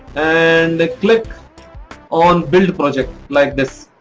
and click on build project like this.